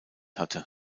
hatte